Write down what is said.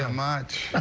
so much